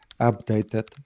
updated